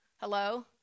Hello